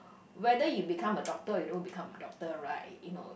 whether you become a doctor or you don't become a doctor right you know